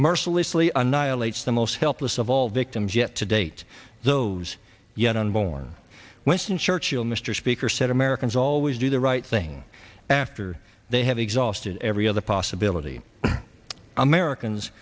mercilessly annihilates the most helpless of all victims yet to date those yet unborn weston churchill mr speaker said americans always do the right thing after they have exhausted every other possibility americans